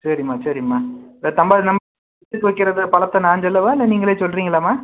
சரிம்மா சரிம்மா இப்போ தாம்பா நம்ம வக்கிற பழத்தை நான் சொல்லவா இல்லை நீங்களே சொல்கிறீங்களாம்மா